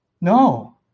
No